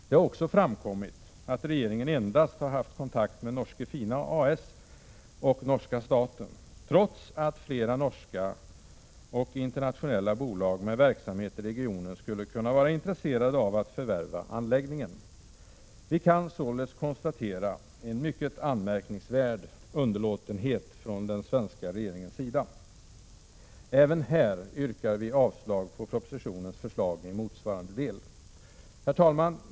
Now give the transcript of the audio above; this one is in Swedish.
Det har också framkommit, att regeringen endast har haft kontakt med Norske Fina A/S och norska staten, trots att flera norska och andra internationella bolag med verksamhet i regionen skulle kunna vara intresserade av att förvärva anläggningen. Vi kan således konstatera en mycket anmärkningsvärd underlåtenhet från den svenska regeringens sida. Även här yrkar vi avslag på propositionens förslag i motsvarande del. Herr talman!